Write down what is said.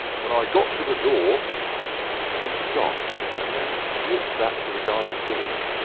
when i got to the door you stopped, and then walked back to the garden gate,